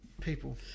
People